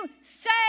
say